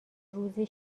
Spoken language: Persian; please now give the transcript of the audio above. روزی